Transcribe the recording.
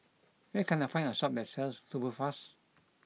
where can I find a shop that sells Tubifast